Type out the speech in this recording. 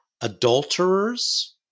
adulterers